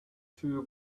two